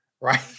right